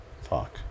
fuck